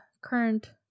current